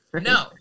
no